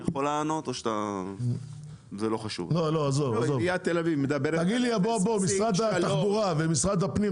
משרד התחבורה ומשרד הפנים,